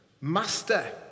Master